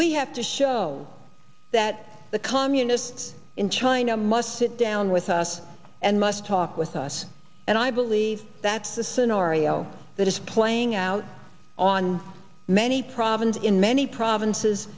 we have to show that the communists in china must sit down with us and must talk with us and i believe that's a scenario that is playing out on many problems in many provinces